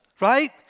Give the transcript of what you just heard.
right